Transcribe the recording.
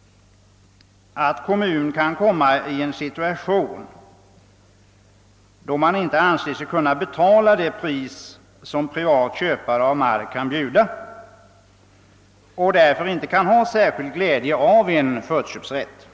— att kommun kan komma i en situation då den inte anser sig kunna betala det pris som privat köpare av mark kan bjuda och därför inte har särskild glädje av en förköpsrätt.